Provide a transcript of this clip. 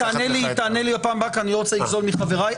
תענה לי בפעם הבאה, כי אני לא רוצה לגזול מחבריי.